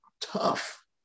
tough